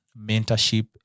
mentorship